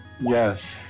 Yes